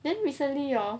then recently hor